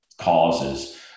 causes